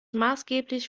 maßgeblich